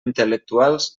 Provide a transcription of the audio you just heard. intel·lectuals